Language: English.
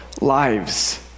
lives